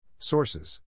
Sources